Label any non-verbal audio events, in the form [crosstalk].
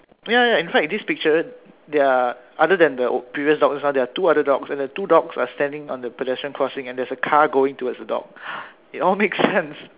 ya ya in fact this picture there are other than the previous dog also there are two other dogs and the two dogs are standing on the pedestrian crossings and there is a car going towards the dog [noise] it all makes sense